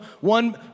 one